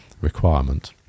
requirement